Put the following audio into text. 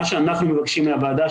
מה שאנחנו מבקשים מהוועדה,